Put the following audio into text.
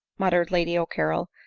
muttered lady o'carrol,